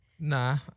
nah